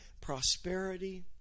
prosperity